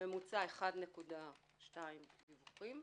בממוצע 1.2 דיווחים,